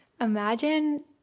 imagine